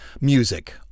music